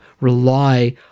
rely